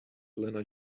lenna